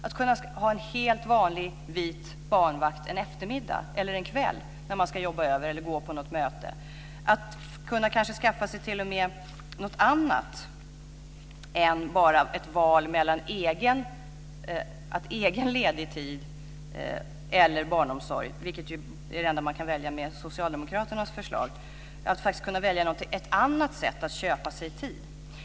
Det kan vara att ha en helt vanlig vit barnvakt en vanlig eftermiddag eller kväll när man ska jobba över eller gå på ett möte. Då kan man skaffa sig något annat än bara ett val mellan egen ledig tid eller barnomsorg, vilket är det enda man kan välja med socialdemokraternas förslag, dvs. att välja ett annat sätt att köpa sig tid.